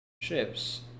...ships